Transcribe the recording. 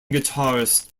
guitarist